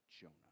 Jonah